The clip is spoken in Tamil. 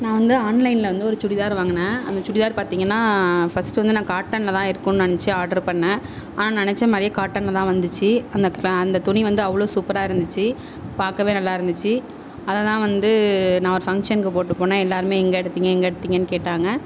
நான் வந்து ஆன்லைனில் வந்து ஒரு சுடிதார் வாங்கினேன் அந்த சுடிதார் பார்த்திங்கனா ஃபர்ஸ்ட்டு வந்து நான் காட்டனில் தான் இருக்குதுன்னு நினைச்சி ஆடர் பண்ணிணேன் ஆனால் நினைச்ச மாதிரியே காட்டனில் தான் வந்துச்சு அந்த ப அந்த துணி வந்து அவ்வளோ சூப்பராக இருந்துச்சு பார்க்கவே நல்லாயிருந்துச்சி அதை தான் வந்து நான் ஒரு ஃபங்க்ஷன்க்கு போட்டு போனேன் எல்லாேருமே எங்கள் எடுத்தீங்க எங்கே எடுத்தீங்கனு கேட்டாங்க